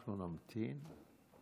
אנחנו נמתין.